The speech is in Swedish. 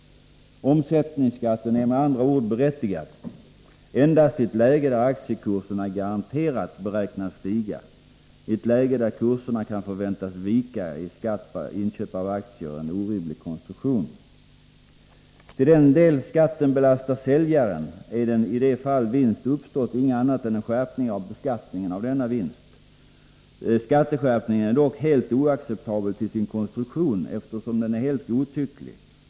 Omsättningsskatten är med andra ord berättigad endast i ett läge där aktiekurserna garanterat beräknas stiga. I ett läge där kurserna kan förväntas vika är skatt på inköp av aktier en orimlig konstruktion. Till den del skatten belastar säljaren är den i de fall vinst uppstått inget annat än en skärpning av beskattningen av denna vinst. Skatteskärpningen är dock oacceptabel till sin konstruktion, eftersom den är helt godtycklig.